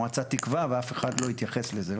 המועצה תקבע ואף אחד לא יתייחס לזה.